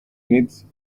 needs